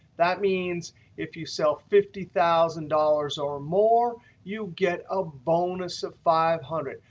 that means if you sell fifty thousand dollars or more you get a bonus of five hundred